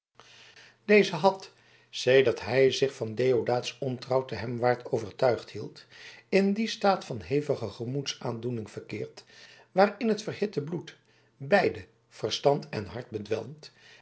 deze had sedert hij zich van deodaats ontrouw te hemwaart overtuigd hield in dien staat van hevige gemoedsaandoening verkeerd waarin het verhitte bloed beide verstand en hart bedwelmt